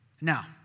Now